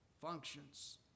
functions